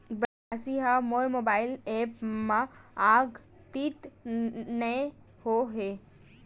बचे राशि हा मोर मोबाइल ऐप मा आद्यतित नै होए हे